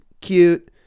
Cute